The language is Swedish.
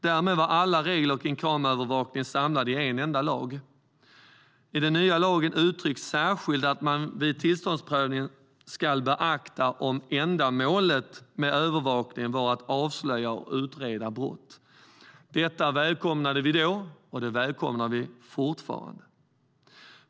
Därmed var alla regler kring kameraövervakning samlade i en enda lag. I den nya lagen uttrycks särskilt att man vid tillståndsprövningen ska beakta om ändamålet med övervakningen är att avslöja och utreda brott. Detta välkomnade vi då, och det välkomnar vi fortfarande.